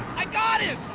i got him!